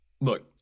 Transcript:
look